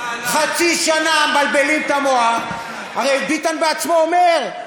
חצי שנה מבלבלים את המוח, הרי ביטן בעצמו אומר,